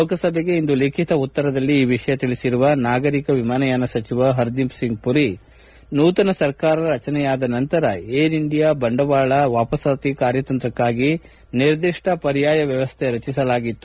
ಲೋಕಸಭೆಗೆ ಇಂದು ಲಿಖಿತ ಉತ್ತರದಲ್ಲಿ ಈ ವಿಷಯ ತಿಳಿಸಿರುವ ನಾಗರಿಕ ವಿಮಾನಯಾನ ಸಚಿವ ಪರ್ದೀಪ್ಸಿಂಗ್ ಮರಿ ನೂತನ ಸರ್ಕಾರ ರಜನೆಯಾದ ನಂತರ ಏರ್ ಇಂಡಿಯಾ ಬಂಡವಾಳ ವಾಪಸಾತಿ ಕಾರ್ಯತಂತ್ರಕ್ಕಾಗಿ ನಿರ್ದಿಷ್ಟ ಪರ್ಯಾಯ ವ್ಯವಸ್ಥೆ ರಜಿಸಲಾಗಿತ್ತು